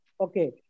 Okay